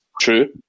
true